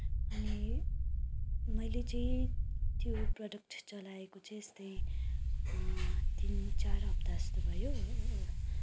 अनि मैले चाहिँ त्यो प्रडक्ट चाहिँ चलाएको चाहिँ यस्तै तिन चार हप्ता जस्तो भयो